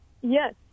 Yes